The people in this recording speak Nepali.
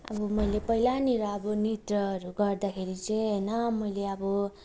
अब मैले पहिलानिर अब नृत्यहरू गर्दाखेरि चाहिँ होइनन मैले अब